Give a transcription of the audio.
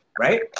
right